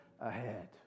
ahead